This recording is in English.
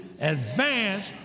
advance